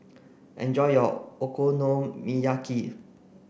enjoy your Okonomiyaki